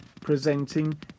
presenting